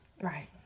Right